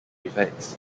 effects